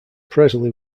presley